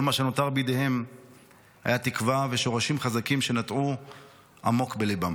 כל מה שנותר בידיהם היה תקווה ושורשים חזקים שנטעו עמוק בליבם.